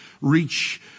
reach